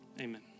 Amen